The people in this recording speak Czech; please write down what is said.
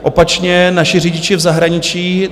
Opačně, naši řidiči v zahraničí.